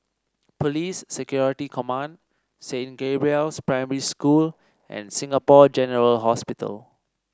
Police Security Command Saint Gabriel's Primary School and Singapore General Hospital